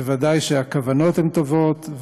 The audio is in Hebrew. ודאי שהכוונות הן טובות,